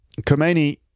Khomeini